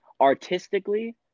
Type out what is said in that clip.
artistically